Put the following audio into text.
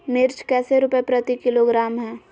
मिर्च कैसे रुपए प्रति किलोग्राम है?